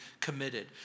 committed